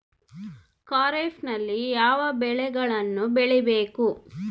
ಖಾರೇಫ್ ನಲ್ಲಿ ಯಾವ ಬೆಳೆಗಳನ್ನು ಬೆಳಿಬೇಕು?